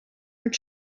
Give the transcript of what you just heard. mit